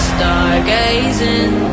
Stargazing